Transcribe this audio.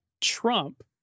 Trump